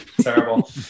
terrible